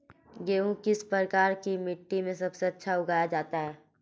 गेहूँ किस प्रकार की मिट्टी में सबसे अच्छा उगाया जाता है?